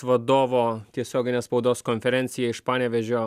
vadovo tiesioginę spaudos konferenciją iš panevėžio